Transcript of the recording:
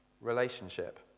relationship